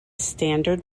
standard